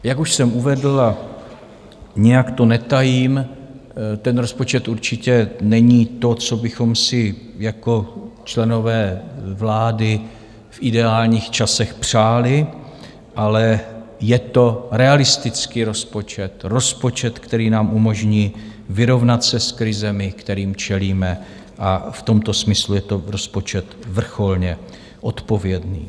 Jak už jsem uvedl a nijak to netajím, ten rozpočet určitě není to, co bychom si jako členové vlády v ideálních časech přáli, ale je to realistický rozpočet, rozpočet, který nám umožní vyrovnat se s krizemi, kterým čelíme, a v tomto smyslu je to rozpočet vrcholně odpovědný.